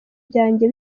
byanjye